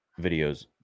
videos